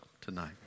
tonight